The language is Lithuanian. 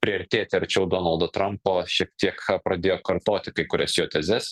priartėti arčiau donaldo trampo šiek tiek pradėjo kartoti kai kurias jo tezes